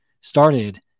started